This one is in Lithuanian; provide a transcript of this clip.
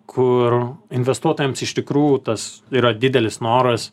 kur investuotojams iš tikrųjų tas yra didelis noras